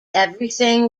everything